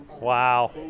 Wow